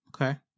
okay